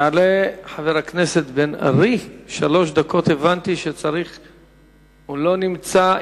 יעלה חבר הכנסת מיכאל בן-ארי, הוא לא נמצא.